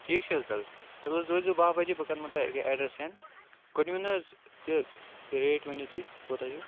ٹھیٖک چھِ حٕظ تیٚلہِ تیٚلہِ حٕظ وٲتۍ زیٚو بہہ بجے بہٕ کَرٕمو تۄہہِ أکیاہ ایٚڈرَس سیٚنٛڈ گۄڈٕ ؤنِو حٕظ یہِ ریٹ ؤنِو تُہۍ کوٗتاہ چھُ